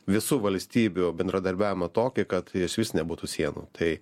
visų valstybių bendradarbiavimą tokį kad iš vis nebūtų sienų tai